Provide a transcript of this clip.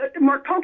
Mark